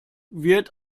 wird